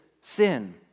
sin